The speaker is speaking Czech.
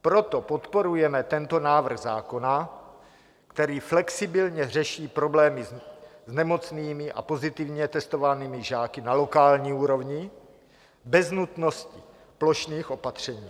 Proto podporujeme tento návrh zákona, který flexibilně řeší problémy s nemocnými a pozitivně testovanými žáky na lokální úrovni bez nutnosti plošných opatření.